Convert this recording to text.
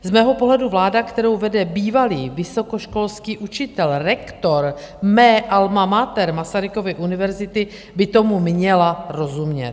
Z mého pohledu vláda, kterou vede bývalý vysokoškolský učitel, rektor mé alma mater, Masarykovy univerzity, by tomu měla rozumět.